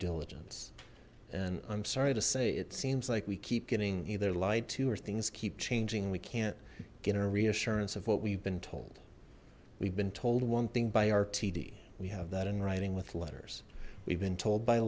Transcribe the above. diligence and i'm sorry to say it seems like we keep getting either lied to or things keep changing we can't get a reassurance of what we've been told we've been told one thing by rtd we have that in writing with letters we've been told by